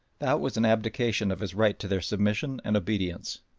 that was an abdication of his right to their submission and obedience.